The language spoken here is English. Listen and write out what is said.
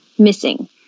Missing